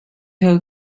held